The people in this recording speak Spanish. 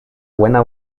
buena